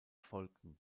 folgten